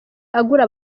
agura